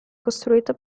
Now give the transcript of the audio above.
costruita